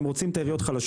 הם רוצים כוח,